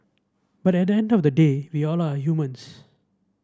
but at the end of the day we all are humans